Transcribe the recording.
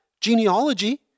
genealogy